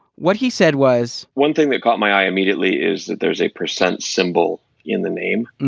what he said was one thing that caught my eye immediately is that there's a percent symbol in the name and